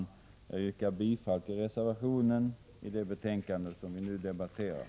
Jag yrkar bifall till reservationen i det betänkande som vi nu debatterar.